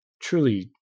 truly